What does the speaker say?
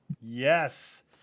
Yes